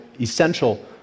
essential